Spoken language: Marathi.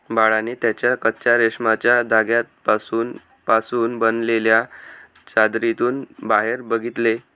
बाळाने त्याच्या कच्चा रेशमाच्या धाग्यांपासून पासून बनलेल्या चादरीतून बाहेर बघितले